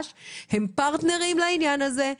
אני לא יודעת אם המשכנו הלאה גם בעניין הזה,